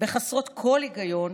וחסרות כל היגיון,